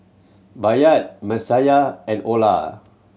Bayard Messiah and Olar